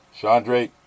Chandre